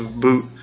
boot